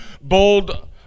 bold